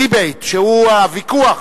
ויכוח,